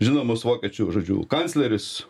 žinomas vokiečių žodžiu kancleris